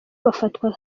bafatwa